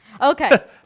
okay